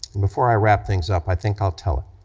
before i wrap things up, i think i'll tell it.